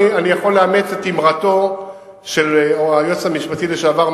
אני יכול לאמץ את אמרתו של היועץ המשפטי לשעבר,